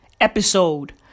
Episode